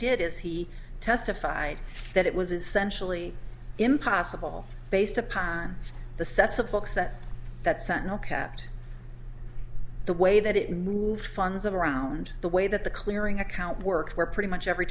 did is he testified that it was essentially impossible based upon the sets of books that that sentinel kept the way that it moved funds of around the way that the clearing account works where pretty much every